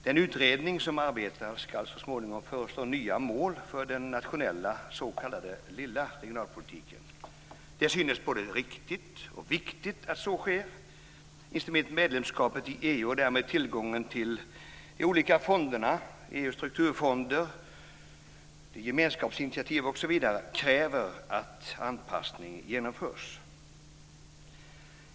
Den utredning som arbetar ska så småningom föreslå nya mål för den nationella s.k. lilla regionalpolitiken. Det synes både riktigt och viktigt att så sker. Inte minst medlemskapet i EU och därmed tillgången till de olika fonderna, EG:s strukturfonder, gemenskapsinitiativ osv. kräver att anpassning genomförs.